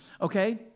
okay